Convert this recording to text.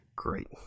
great